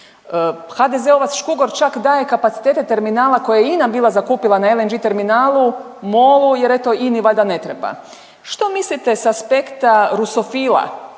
HDZ-ovac Škugor čak daje kapacitete terminala koje je INA bila zakupila na LNG terminalu MOL-u jer eto INA-i valjda ne treba. Što mislite sa aspekta rusofila